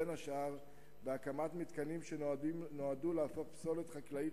בין השאר בהקמת מתקנים שנועדו להפוך פסולת חקלאית